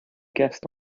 guest